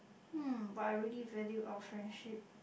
um but I really value our friendship